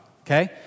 okay